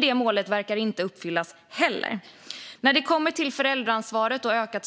Det målet verkar inte uppfyllas heller. När det kommer till frågan om ökat